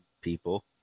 people